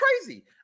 crazy